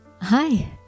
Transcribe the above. Hi